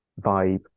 vibe